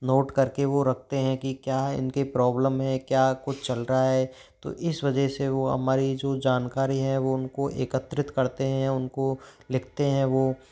note करके वो रखते हैं कि क्या इनके प्रॉब्लम है क्या कुछ चल रहा है तो इस वजह से वो हमारी जो जानकारी है वो उनको एकत्रित करते हैं उनको लिखते हैं वो